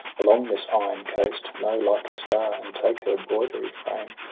along this iron coast, know like a star. and take her broidery-frame,